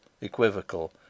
equivocal